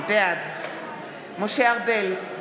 בעד משה ארבל,